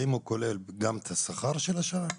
האם האישור כולל גם את השכר של השעה?